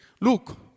look